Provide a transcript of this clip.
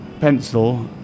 pencil